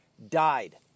Died